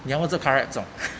你要或者 car wrap 中